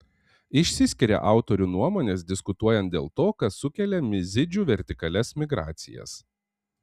išsiskiria autorių nuomonės diskutuojant dėl to kas sukelia mizidžių vertikalias migracijas